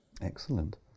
Excellent